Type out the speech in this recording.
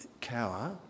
cower